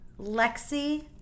Lexi